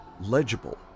legible